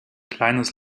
kleines